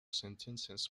sentences